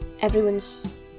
everyone's